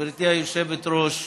גברתי היושבת-ראש,